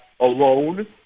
alone